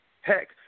Heck